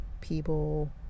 people